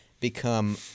become